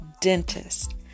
dentist